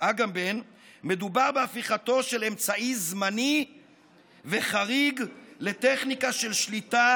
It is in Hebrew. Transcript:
מדובר בהפיכתו של אמצעי זמני וחריג לטכניקה של שליטה